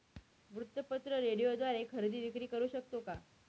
वृत्तपत्र, रेडिओद्वारे खरेदी विक्री करु शकतो का?